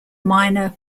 minor